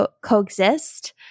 coexist